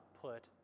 put